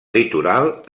litoral